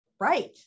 right